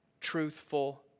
truthful